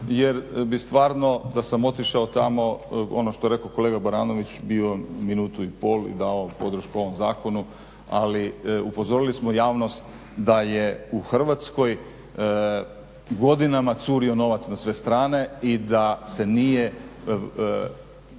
jer bi stvarno da sam otišao tamo, ono što je rekao kolega Baranović, bio minutu i pol, dao podršku ovom zakonu, ali upozorili smo javnost da je u Hrvatskoj godinama curio novac na sve strane i da se nije